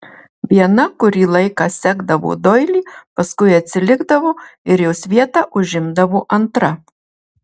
viena kurį laiką sekdavo doilį paskui atsilikdavo ir jos vietą užimdavo antra